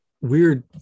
weird